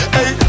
Hey